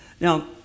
Now